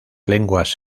lenguas